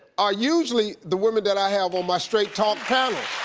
are usually the women that i have on my straight talk panel.